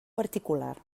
particular